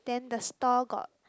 then the store got